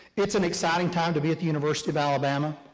it's an exciting time to be at the university of alabama.